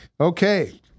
Okay